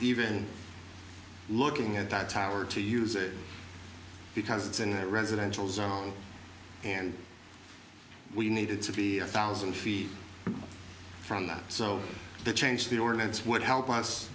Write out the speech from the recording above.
even looking at the tower to use it because it's in a residential zone and we needed to be a thousand feet from that so the change the ordinance would help us